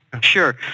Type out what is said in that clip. Sure